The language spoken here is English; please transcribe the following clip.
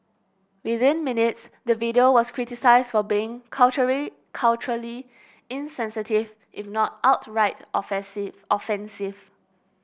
within minutes the video was criticised for being culturally culturally insensitive if not outright offensive offensive